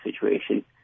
situation